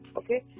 okay